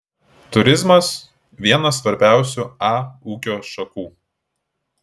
turizmas viena svarbiausių a ūkio šakų